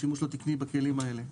שימוש לא תקני בכלים האלה.